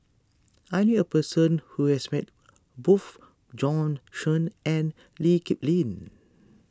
I knew a person who has met both Bjorn Shen and Lee Kip Lin